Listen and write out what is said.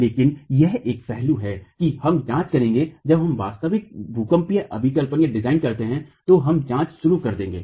लेकिन यह एक पहलू है कि हम जांच करेंगे जब हम वास्तविक भूकंपीय अभिकल्पनडिजाइन करते हैं तो हम जांच शुरू कर देंगे